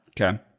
Okay